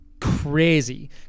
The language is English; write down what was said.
crazy